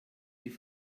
die